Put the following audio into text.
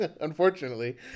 unfortunately